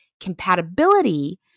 Compatibility